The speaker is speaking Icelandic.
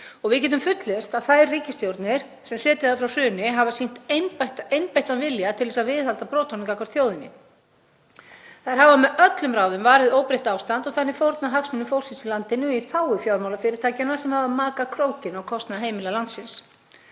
og við getum fullyrt að þær ríkisstjórnir sem setið hafa frá hruni hafi sýnt einbeittan vilja til að viðhalda brotunum gagnvart þjóðinni. Þær hafa með öllum ráðum varið óbreytt ástand og þannig fórnað hagsmunum fólksins í landinu í þágu fjármálafyrirtækjanna sem hafa makað krókinn á kostnað heimila landsins.